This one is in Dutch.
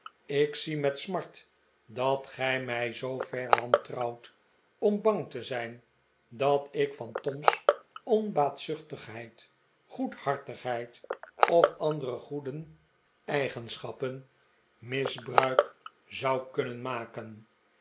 ik zie met smart dat gij mij zoover wantrouwt om bang te zijn dat ik van tom's onbaatzuchtigheid goedhartigheid of andere goede eigenschappen misbruik zou kunnen maken